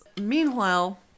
Meanwhile